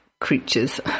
creatures